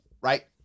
right